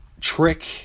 trick